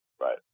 Right